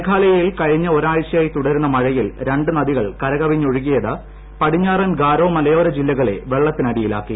മേഘാലയിൽ കഴിഞ്ഞ ഒരാഴ്ചയായി തുടരുന്ന മഴയിൽ രണ്ട് നദികൾ കരകവിഞ്ഞൊഴുകിയത് പടിഞ്ഞാറൻ ഗാരോ മലയോര ജില്ലകളെ വെള്ളത്തിനടിയിലാക്കി